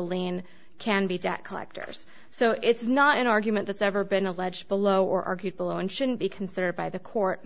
lien can be debt collectors so it's not an argument that's ever been alleged below or argued below and shouldn't be considered by the court